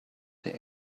say